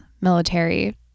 military